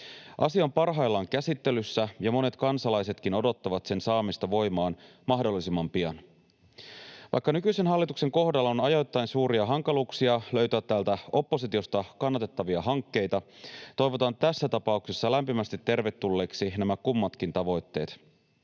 Asia on parhaillaan käsittelyssä, ja monet kansalaisetkin odottavat sen saamista voimaan mahdollisimman pian. Vaikka nykyisen hallituksen kohdalla on ajoittain suuria hankaluuksia löytää täältä oppositiosta kannatettavia hankkeita, toivotan tässä tapauksessa lämpimästi tervetulleeksi nämä kummatkin tavoitteet.